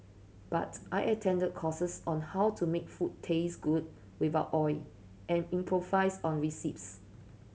but I attended courses on how to make food taste good without oil and improvise on recipes